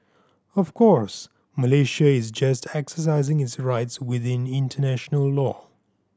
of course Malaysia is just exercising its rights within international law